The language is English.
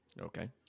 Okay